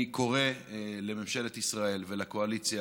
אני קורא לממשלת ישראל ולקואליציה,